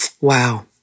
Wow